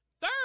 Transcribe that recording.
Third